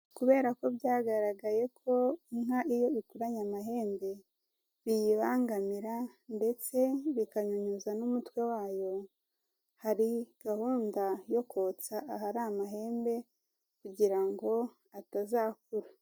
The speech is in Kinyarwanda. Kubera ko byagaragaye ko inka iyo ikuranye amahembe biyibangamira ndetse bikanyunyuza n'umutwe wayo, hari gahunda yo kotsa ahari amahembe kugira ngo atazakura.